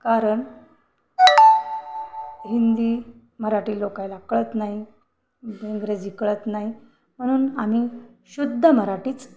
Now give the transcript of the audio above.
कारण हिंदी मराठी लोकाला कळत नाही इंग्रजी कळत नाही म्हणून आम्ही शुद्ध मराठीच